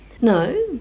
No